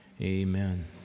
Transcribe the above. amen